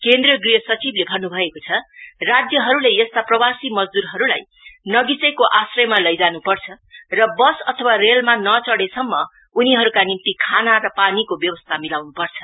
केन्द्रीय गृह सचिवले भन्न्भएको छ राज्यहरुले यस्ता प्रवासी मज्दूरहरुलाई नगीचैको आश्रयमा लैजानुपर्छ र बस अथवा रेलमा नचढेसम्म उनीहरुका निम्ति खानापानीको व्यवस्था मिलाउन् पर्छ